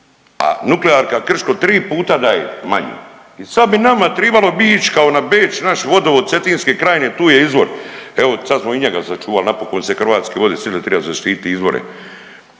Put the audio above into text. a nuklearka Krško tri puta daje manje. I sad bi nama tribalo bi ići kao na Beč naš vodovod Cetinske krajine tu je izvor, evo sad smo i njega sačuvali. Napokon se Hrvatske vode sitile da treba zaštititi izvore.